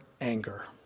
anger